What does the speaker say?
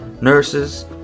nurses